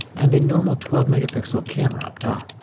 and a normal twelve megapixel camera up top.